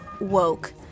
woke